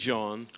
John